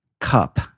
cup